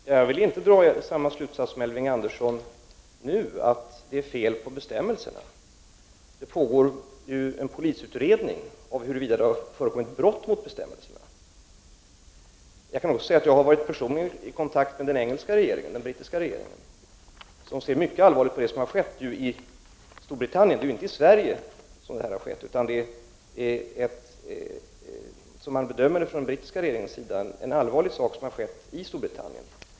Herr talman! För ögonblicket vill jag inte dra samma slutsats som Elving Andersson, att det är fel på bestämmelserna. Det pågår ju en polisutredning om huruvida det har förekommit brott mot bestämmelserna. Jag har personligen varit i kontakt med brittiska regeringen som ser mycket allvarligt på det som har skett i Storbritannien — hundarna har ju inte dött i Sverige.